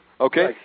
okay